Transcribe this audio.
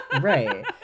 Right